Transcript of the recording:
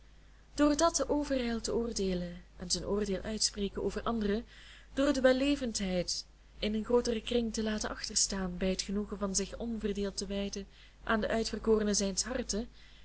door dat overijld oordeelen en zijn oordeel uitspreken over anderen door de wellevendheid in een grooteren kring te laten achterstaan bij het genoegen van zich onverdeeld te wijden aan de uitverkorene zijns harten